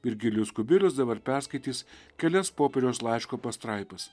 virgilijus kubilius dabar perskaitys kelias popiežiaus laiško pastraipas